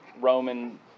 Roman